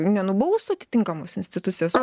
nenubaustų atitinkamos institucijos